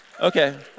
Okay